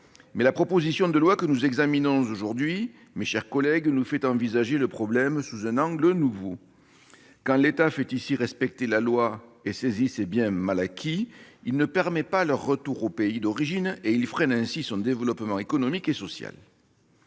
ici. La proposition de loi que nous examinons aujourd'hui, mes chers collègues, nous fait envisager le problème sous un angle nouveau ; quand l'État fait respecter ici la loi et saisit ces biens mal acquis, il ne permet pas leur retour dans le pays d'origine, et il freine ainsi le développement économique et social